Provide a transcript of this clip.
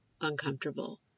uncomfortable